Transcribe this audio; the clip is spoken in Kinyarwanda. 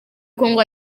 congo